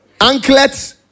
anklets